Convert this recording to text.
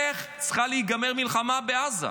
איך צריכה להיגמר המלחמה בעזה.